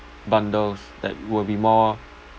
bundles that will be more